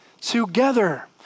together